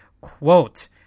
Quote